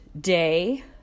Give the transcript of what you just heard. day